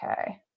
Okay